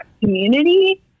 community